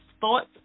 thoughts